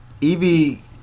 Evie